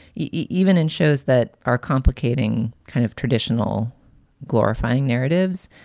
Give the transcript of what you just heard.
even in shows that are complicating kind of traditional glorifying narratives.